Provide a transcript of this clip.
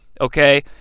okay